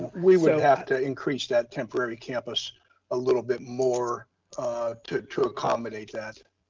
we wouldn't have to increase that temporary campus a little bit more to to accommodate that.